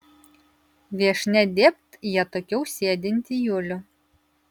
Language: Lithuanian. viešnia dėbt į atokiau sėdintį julių